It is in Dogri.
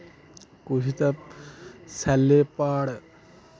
कुछ ते सैल्ले प्हाड़